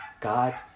God